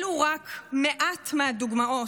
אלו רק מעט מהדוגמאות,